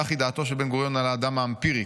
"כך היא דעתו של בן-גוריון על האדם האמפירי,